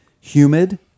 humid